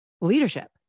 leadership